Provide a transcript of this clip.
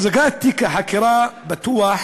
החזקת תיק החקירה פתוח